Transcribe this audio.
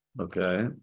Okay